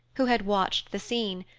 who had watched the scene,